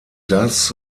das